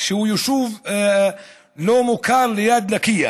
יישוב לא מוכר ליד לקיה,